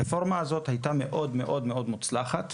הרפורמה הזאת הייתה מאוד מאוד מאוד מוצלחת.